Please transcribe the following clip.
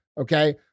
okay